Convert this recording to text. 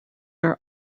are